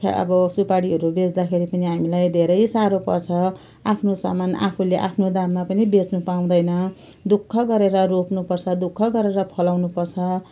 र अब सुपारीहरू बेच्दाखेरि पनि हामीलाई धेरै साह्रो पर्छ आफ्नो सामान आफूले आफ्नो दाममा पनि बेच्नु पाउँदैन दुःख गरेर रोप्नु पर्छ दुःख गरेर फलाउनु पर्छ